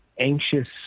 anxious